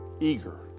eager